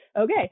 okay